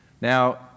Now